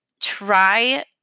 try